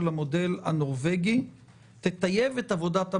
המודל הנורבגי תטייב את עבודת הממשלה?